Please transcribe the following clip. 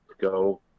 go